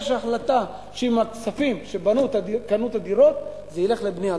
יש החלטה שהכספים שקנו בהם את הדירות ילכו לבנייה.